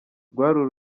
rwari